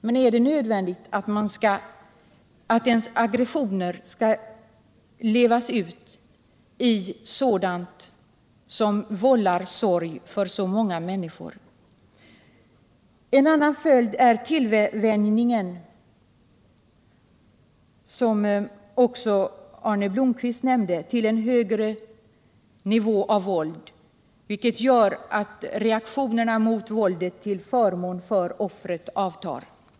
Men är det nödvändigt att ens aggressioner skall levas ut i sådant som vållar sorg för så många människor? En annan följd är, som Arne Blomkvist också nämnde, tillvänjningen till en högre nivå av våld, vilket gör att reaktionerna mot våldet till förmån för offret avtar.